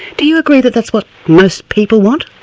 do you agree that that's what most people want?